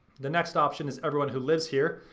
the next option is everyone who lives here.